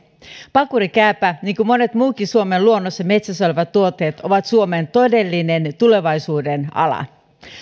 pakurikääpä niin kuin monet muutkin suomen luonnossa metsässä olevat tuotteet on suomen todellinen tulevaisuuden ala